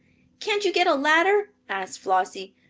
can't you get a ladder? asked flossie.